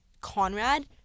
Conrad